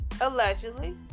allegedly